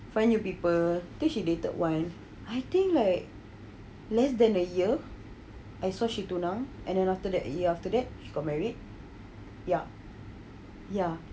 find new people think she dated one I think like less than a year and I saw she tunang and then after that a year after that she got married ya ya